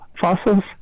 fossils